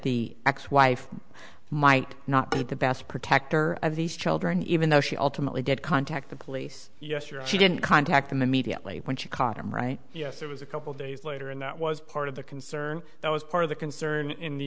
the ex wife might not be the best protector of these children even though she ultimately did contact the police yes you're she didn't contact them immediately when she caught him right yes it was a couple days later and that was part of the concern that was part of the concern in the